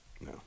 No